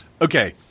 okay